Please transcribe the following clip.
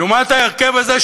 לעומת ההרכב הזה,